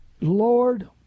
Lord